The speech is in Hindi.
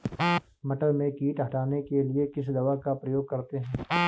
मटर में कीट हटाने के लिए किस दवा का प्रयोग करते हैं?